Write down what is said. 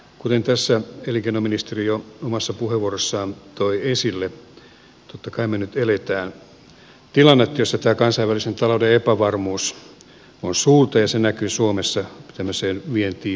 kuten elinkeinoministeri jo omassa puheenvuorossaan toi esille totta kai me nyt elämme tilannetta jossa kansainvälisen talouden epävarmuus on suurta ja se näkyy suomessa vientiin perustuvassa hyvinvointiyhteiskunnassa